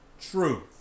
truth